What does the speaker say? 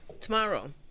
Tomorrow